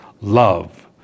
love